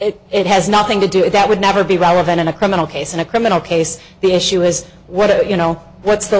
if it has nothing to do that would never be relevant in a criminal case in a criminal case the issue is whether you know what's the